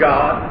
God